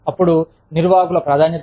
అప్పుడు నిర్వాహకుల ప్రాధాన్యత